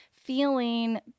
feeling